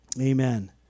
Amen